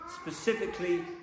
specifically